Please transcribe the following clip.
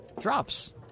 drops